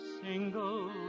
single